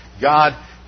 God